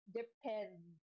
depends